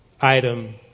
item